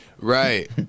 Right